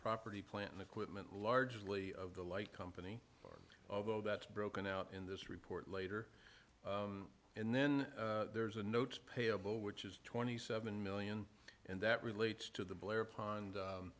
property plant and equipment largely of the light company although that's broken out in this report later and then there's a note payable which is twenty seven million and that relates to the blair pond